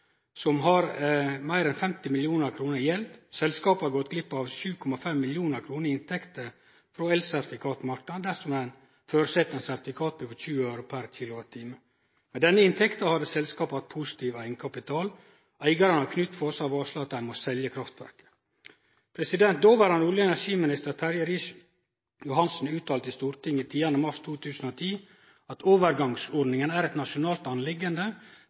som har meir enn 50 mill. kr i gjeld. Selskapet har gått glipp av 7,5 mill. kr i inntekter frå elsertifikatmarknaden, dersom ein føreset ein sertifikatpris på 20 øre per kWh. Med denne inntekta hadde selskapet hatt positiv eigenkapital. Eigarane av Knutfoss Kraft har varsla at dei må selje kraftverket. Dåverande olje- og energiminister Terje Riis-Johansen uttalte i Stortinget 10. mars 2010 at «overgangsordningen er et nasjonalt anliggende,